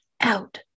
out